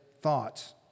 thoughts